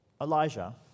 Elijah